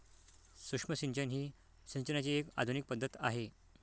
सूक्ष्म सिंचन ही सिंचनाची एक आधुनिक पद्धत आहे